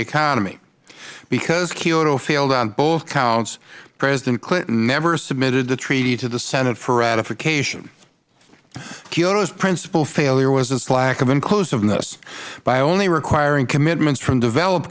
economy because kyoto failed on both counts president clinton never submitted the treaty to the senate for ratification kyoto's principal failure was its lack of inclusiveness by only requiring commitments from developed